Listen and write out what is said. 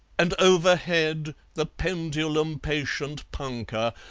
and overhead the pendulum-patient punkah,